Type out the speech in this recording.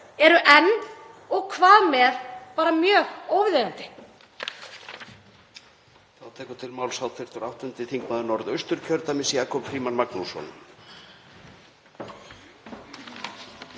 eru „en“ og „hvað með“ bara mjög óviðeigandi.